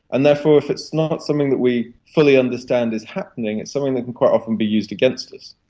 and therefore if it's not something that we fully understand is happening, it's something that can quite often be used against us.